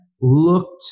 looked